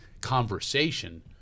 conversation